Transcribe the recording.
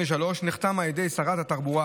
נחתם על ידי שרת התחבורה,